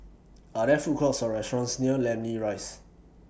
Are There Food Courts Or restaurants near Namly Rise